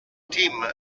tim